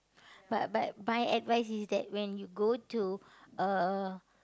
but but my advice is that when you go to a